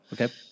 Okay